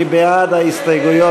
מי בעד ההסתייגויות?